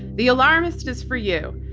the alarmist is for you.